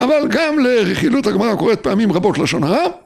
אבל גם לרכילות הגמרא קורית פעמים רבות לשון הרע.